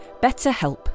BetterHelp